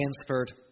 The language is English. transferred